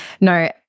No